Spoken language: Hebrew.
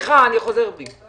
סליחה, אני חוזר בי, חבר